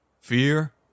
fear